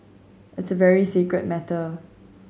it's a very sacred matter